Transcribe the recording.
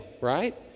right